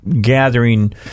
gathering